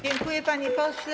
Dziękuję, panie pośle.